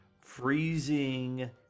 freezing